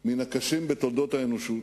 מן הקשים בתולדות האנושות.